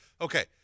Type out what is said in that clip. okay